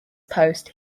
post